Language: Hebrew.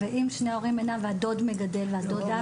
אם שני ההורים אינם והדוד מגדל והדודה?